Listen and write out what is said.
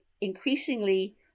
increasingly